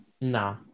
Nah